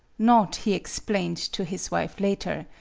not, he explained to his wife later,